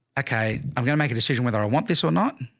okay, i'm going to make a decision whether i want this or not.